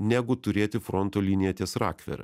negu turėti fronto liniją ties rakvere